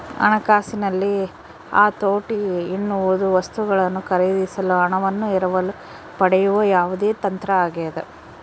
ಹಣಕಾಸಿನಲ್ಲಿ ಹತೋಟಿ ಎನ್ನುವುದು ವಸ್ತುಗಳನ್ನು ಖರೀದಿಸಲು ಹಣವನ್ನು ಎರವಲು ಪಡೆಯುವ ಯಾವುದೇ ತಂತ್ರ ಆಗ್ಯದ